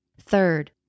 Third